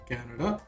Canada